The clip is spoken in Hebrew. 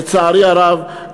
לצערי הרב,